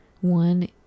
one